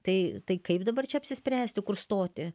tai tai kaip dabar čia apsispręsti kur stoti